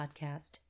podcast